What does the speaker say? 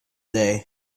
day